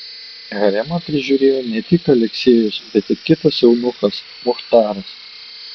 haremą prižiūrėjo ne tik aleksejus bet ir kitas eunuchas muchtaras